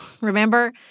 remember